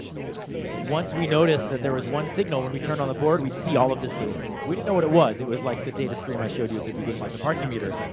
once we noticed that there was one signal when we turned on the board, we'd see all of this data. we didn't know what it was, it was like the data stream i showed you at the beginning with the parking meter.